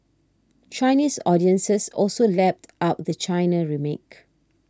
Chinese audiences also lapped up the China remake